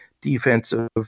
defensive